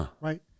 right